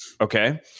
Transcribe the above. Okay